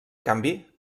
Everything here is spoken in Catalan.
canvi